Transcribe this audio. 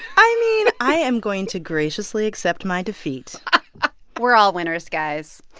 i mean, i am going to graciously accept my defeat we're all winners, guys.